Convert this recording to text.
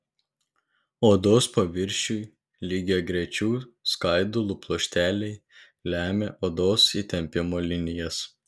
odos paviršiui lygiagrečių skaidulų pluošteliai lemia odos įtempimo linijas